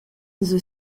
the